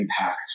impact